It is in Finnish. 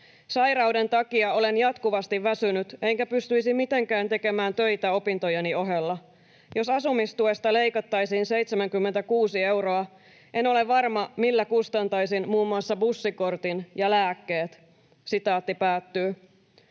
Sairauden takia olen jatkuvasti väsynyt, enkä pystyisi mitenkään tekemään töitä opintojeni ohella. Jos asumistuesta leikattaisiin 76 euroa, en ole varma, millä kustantaisin muun muassa bussikortin ja lääkkeet.” — Halvin